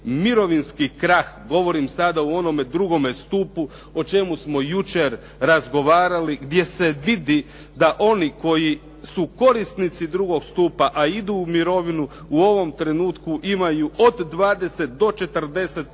mirovinski krah, govorim sada o onome drugome stupu o čemu smo jučer razgovarali gdje se vidi da oni koji su korisnici drugog stupa a idu u mirovinu u ovom trenutku imaju od 20 do 40%